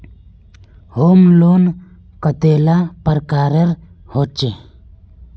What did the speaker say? Home loan कतेला प्रकारेर होचे?